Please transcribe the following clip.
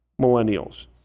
millennials